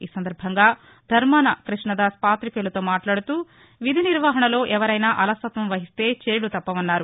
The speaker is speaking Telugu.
ఈ సందర్భంగా ధర్మాన క ృష్ణదాస్ పాతికేయులతో మాట్లాడుతూ విధి నిర్వహణలో ఎవరైనా అలసత్వం వహిస్తే చర్యలు తప్పవన్నారు